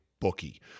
Bookie